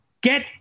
get